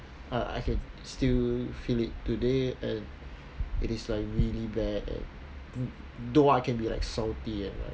I I can still feel it today and it is like really bad though I can be like salty and like